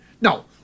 No